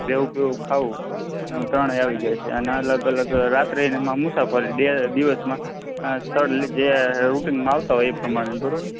રહેવું પીવું ખાવું ત્રણે આવી જાય છે અને અલગ અલગ રાત્રે એમાં મુસાફરી ડે દિવસમાં સ્થળ એટલે જે રુટીનમાં આવતા હોય એ પ્રમાણે બરોબર